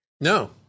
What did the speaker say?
no